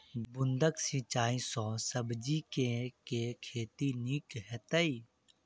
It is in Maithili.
बूंद कऽ सिंचाई सँ सब्जी केँ के खेती नीक हेतइ?